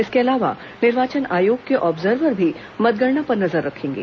इसके अलावा निर्वाचन आयोग के ऑब्जर्वर भी मतगणना पर नजर रखेंगे